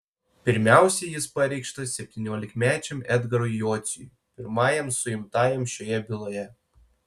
pirmiausiai jis pareikštas septyniolikmečiam edgarui jociui pirmajam suimtajam šioje byloje